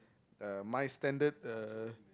uh my standard uh